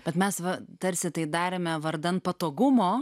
bet mes va tarsi tai darėme vardan patogumo